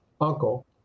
uncle